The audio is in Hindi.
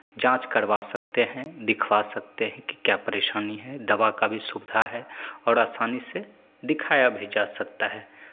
जांच करवा सकते हैं दिखवा सकते हैं कि क्या परेशानी है दवा का भी सुविधा है और आसानी से दिखाया भी जा सकता है